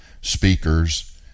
speakers